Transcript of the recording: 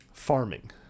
farming